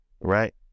Right